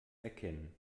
erkennen